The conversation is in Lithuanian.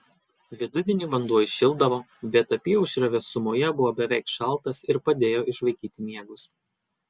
vidudienį vanduo įšildavo bet apyaušrio vėsumoje buvo beveik šaltas ir padėjo išvaikyti miegus